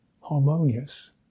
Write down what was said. harmonious